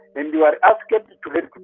and you are asked